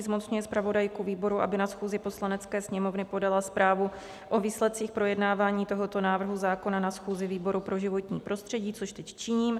Zmocňuje zpravodajku výboru, aby na schůzi Poslanecké sněmovny podala zprávu o výsledcích projednávání tohoto návrhu zákona na schůzi výboru pro životní prostředí což teď činím.